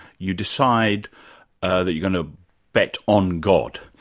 you decide that you're going to bet on god.